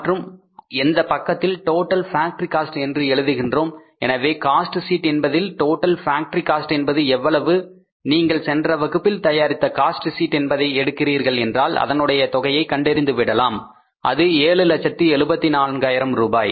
மற்றும் இந்தப் பக்கத்தில் டோட்டல் ஃபேக்டரி காஸ்ட் என்று எழுதுகின்றோம் எனவே காஸ்ட் ஷீட் என்பதில் டோட்டல் ஃபேக்டரி காஸ்ட் என்பது எவ்வளவு நீங்கள் சென்ற வகுப்பில் தயாரித்த காஸ்ட் ஷீட் என்பதை எடுக்கிறீர்கள் என்றால் அதனுடைய தொகையை கண்டறிந்துவிடலாம் அது 774000 ரூபாய்